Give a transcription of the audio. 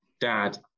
dad